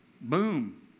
Boom